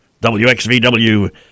WXVW